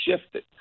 shifted